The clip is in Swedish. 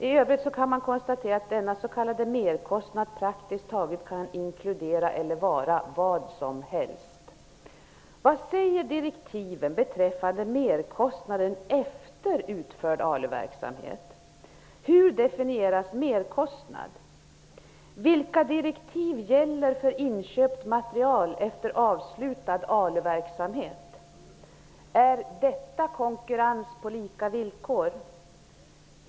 I övrigt kan man konstatera att denna s.k. merkostnad praktiskt taget kan inkludera vilka utgifter som helst. Vad säger direktiven beträffande merkostnaden efter ALU-verksamhet? Hur definieras merkostnad? Vilka direktiv gäller för inköpt material efter avslutad ALU-verksamhet? Är detta konkurrens på lika villkor?